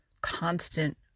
constant